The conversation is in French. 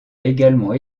également